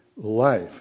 life